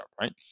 Right